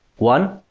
one.